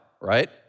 right